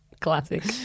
Classic